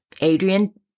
Adrian